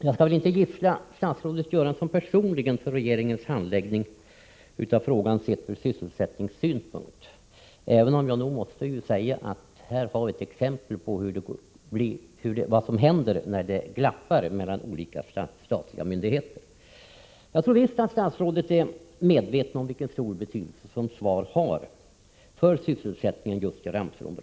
Jag skall väl inte gissla statsrådet Göransson personligen för regeringens handläggning av frågan ur sysselsättningssynpunkt sett, även om jag måste säga att här har vi ett exempel på vad som händer när det glappar mellan olika statliga myndigheter. Jag tror visst att statsrådet är medveten om vilken stor betydelse SVAR har för sysselsättningen just i Ramseleområdet.